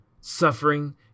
Suffering